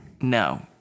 No